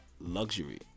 luxury